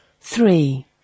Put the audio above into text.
three